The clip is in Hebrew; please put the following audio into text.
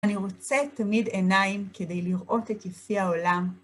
אני רוצה תמיד עיניים כדי לראות את יפי העולם.